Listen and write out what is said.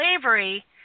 slavery